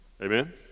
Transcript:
Amen